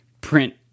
print